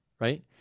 right